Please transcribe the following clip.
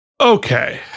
Okay